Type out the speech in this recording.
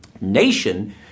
Nation